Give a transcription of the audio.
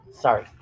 Sorry